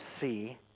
see